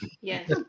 Yes